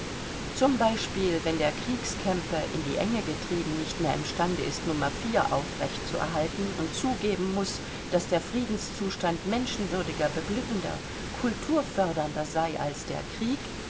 zum beispiel wenn der kriegskämpe in die enge getrieben nicht mehr im stande ist nr aufrecht zu erhalten und zugeben muß daß der friedenszustand menschenwürdiger beglückender kulturfördernder sei als der krieg